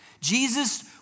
Jesus